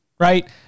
Right